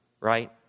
right